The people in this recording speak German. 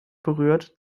berührt